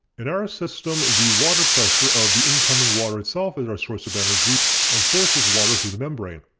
in our system the water pressure of the incoming water itself is our source of energy and forces water through the membrane.